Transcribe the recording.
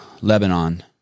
Lebanon